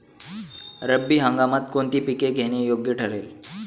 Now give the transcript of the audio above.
रब्बी हंगामात कोणती पिके घेणे योग्य ठरेल?